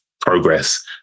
progress